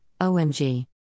OMG